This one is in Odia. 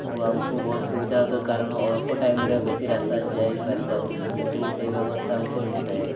ଓ ଆମକୁ ବହୁତ ସୁବିଧା ହେଉଥାଏ କାରଣ ଅଳ୍ପ ଟାଇମ୍ରେ ବେଶୀ ରାସ୍ତା ଯାଇପାରିଥାଉ ଓ ସେହି ବ୍ୟବସ୍ଥା ଆମକୁ ମିଳିଥାଏ